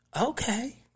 okay